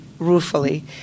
Ruefully